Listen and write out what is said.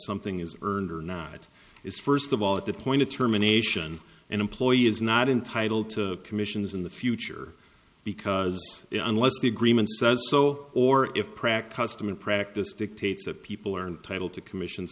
something is earned or not is first of all at the point of terminations an employee is not entitled to commissions in the future because unless the agreement says so or if prac custom and practice dictates that people are entitled to commissions